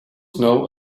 know